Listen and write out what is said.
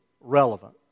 relevant